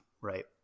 right